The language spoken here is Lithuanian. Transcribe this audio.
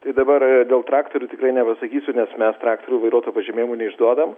tai dabar dėl traktorių tikrai nepasakysiu nes mes traktorių vairuotojų pažymėjimų neišduodam